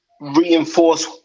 reinforce